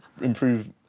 improve